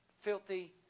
filthy